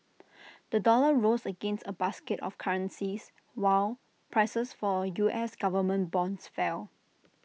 the dollar rose against A basket of currencies while prices for U S Government bonds fell